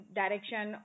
direction